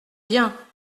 bien